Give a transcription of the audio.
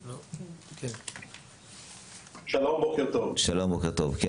שלום, בוקר טוב.